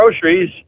groceries